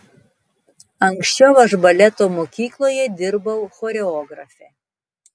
anksčiau aš baleto mokykloje dirbau choreografe